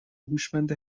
هوشمند